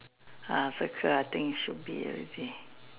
ah circle ah I think should be already